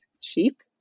sheep